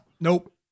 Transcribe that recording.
nope